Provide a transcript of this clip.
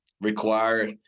require